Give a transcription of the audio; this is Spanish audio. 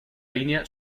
línea